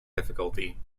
difficulty